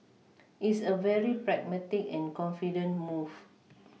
it's a very pragmatic and confident move